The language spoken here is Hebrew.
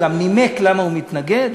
הוא גם נימק למה הוא מתנגד.